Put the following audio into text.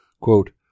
Quote